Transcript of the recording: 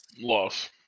Loss